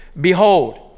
behold